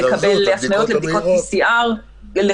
לקבל הפניות לבדיקות PCR לחתונות.